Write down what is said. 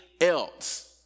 else